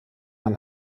man